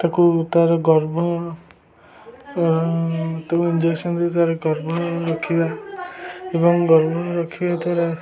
ତାକୁ ତା'ର ଗର୍ଭ ତାକୁ ଇଞ୍ଜେକ୍ସନ୍ ଦେଇ ତା'ର ଗର୍ଭ ରଖିବା ଏବଂ ଗର୍ଭ ରଖିବା ଦ୍ୱାରା